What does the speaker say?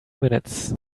minutes